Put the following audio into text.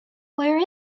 where